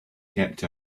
kept